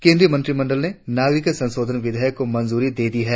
केंद्रीय मंत्रिमंडल ने नागरिक संशोधन विधेयक को मंजूरी दे दी है